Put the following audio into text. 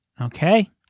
Okay